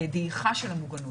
דעיכה של המוגנות.